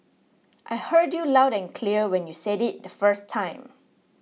I heard you loud and clear when you said it the first time